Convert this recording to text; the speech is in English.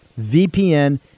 VPN